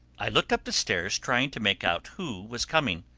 i looked up the stairs trying to make out who was coming.